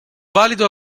valido